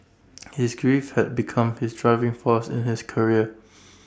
his grief had become his driving force in his career